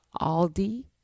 Aldi